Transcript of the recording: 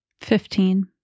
Fifteen